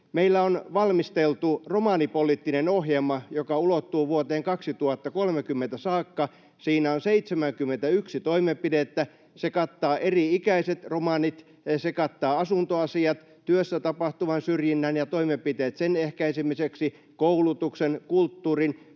Meillä on valmisteltu romanipoliittinen ohjelma, joka ulottuu vuoteen 2030 saakka. Siinä on 71 toimenpidettä, se kattaa eri-ikäiset romanit, se kattaa asuntoasiat, työssä tapahtuvan syrjinnän ja toimenpiteet sen ehkäisemiseksi, koulutuksen, kulttuurin,